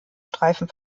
streifen